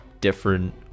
different